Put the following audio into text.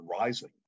rising